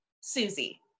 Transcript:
Susie